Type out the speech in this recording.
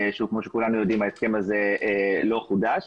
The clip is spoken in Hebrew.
ושוב, כמו שכולנו יודעים ההסכם הזה לא חודש.